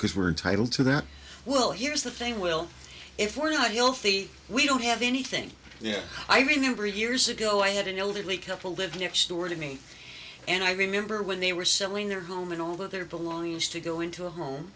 because we're entitle to that well here's the thing we'll if we're not healthy we don't have anything yeah i remember years ago i had an elderly couple who lived next door to me and i remember when they were selling their home and all of their belongings to go into a home